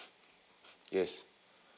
yes